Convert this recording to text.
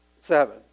seven